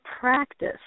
practice